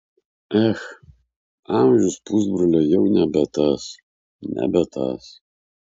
ech amžius pusbrolio jau nebe tas nebe tas